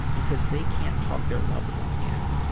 because they can't hug their loved one again.